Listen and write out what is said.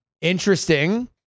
Interesting